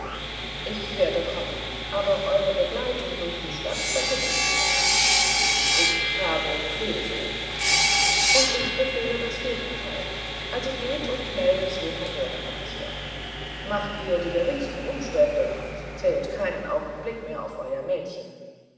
ich werde kommen aber eure begleitung durch die stadt verbitt ich mir ich habe befehl so und ich befehle das gegenteil also geht und meldet's dem herrn bürgermeister macht ihr die geringsten umstände so zählt keinen augenblick mehr auf euer mädchen